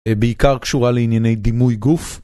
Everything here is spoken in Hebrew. בעיקר קשורה לענייני דימוי גוף.